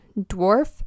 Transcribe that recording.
dwarf